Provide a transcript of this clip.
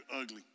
ugly